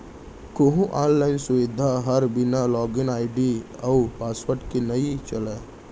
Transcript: कोहूँ आनलाइन सुबिधा हर बिना लॉगिन आईडी अउ पासवर्ड के नइ चलय